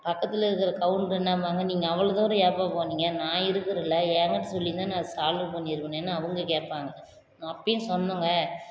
பக்கத்தில் இருக்கிற கவுண்டரு என்னம்பாங்க நீங்கள் அவ்வளோ தூரம் ஏன்பா போனிங்க நான் இருக்கிறேன்ல எங்கிட்ட சொல்லிருந்தால் நான் சால்வு பண்ணியிருப்பேனேனு அவங்க கேட்பாங்க அப்போயும் சொன்னோங்க